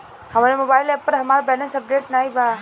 हमरे mobile app पर हमार बैलैंस अपडेट नाई बा